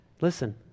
Listen